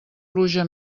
pluja